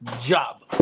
job